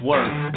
work